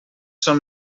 són